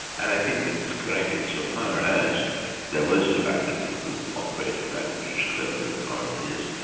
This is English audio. and i think that it's correct in so far as there was divided rule, operated by the british colonial authorities,